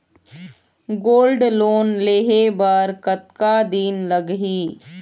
Gold loan लेहे बर कतका दिन लगही?